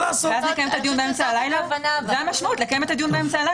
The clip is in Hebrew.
זה המשמעות לקיים את הדיון באמצע הליל,